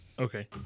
Okay